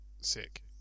sick